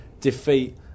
defeat